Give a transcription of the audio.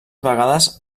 vegades